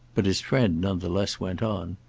but his friend none the less went on.